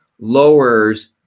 lowers